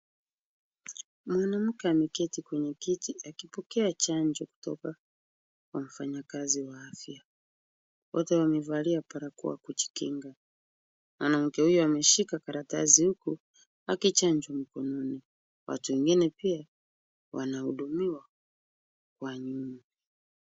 Mwanamke ameketi kwenye kiti akipokea chanjo kutoka kwa mfanyikazi wa afya .Wote wamevalia barakoa kujikinga. Mwanamke huyu ameshika karatasi huku akichanjwa mkononi. Watu wengine pia wanahudumiwa kwa laini.